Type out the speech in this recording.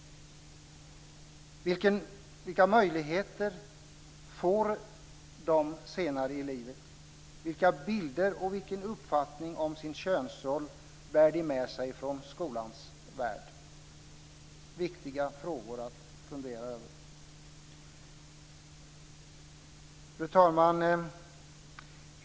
Vilka möjligheter får de senare i livet? Vilka bilder och vilken uppfattning om sin könsroll bär de med sig från skolans värld? Det är viktiga frågor att fundera över. Fru talman!